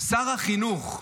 שר החינוך,